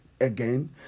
again